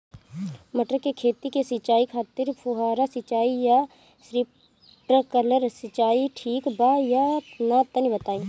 मटर के खेती के सिचाई खातिर फुहारा सिंचाई या स्प्रिंकलर सिंचाई ठीक बा या ना तनि बताई?